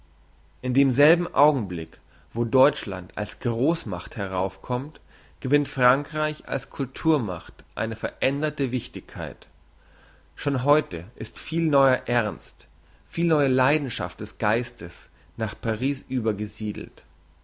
in demselben augenblick wo deutschland als grossmacht heraufkommt gewinnt frankreich als culturmacht eine veränderte wichtigkeit schon heute ist viel neuer ernst viel neue leidenschaft des geistes nach paris übergesiedelt